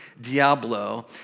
Diablo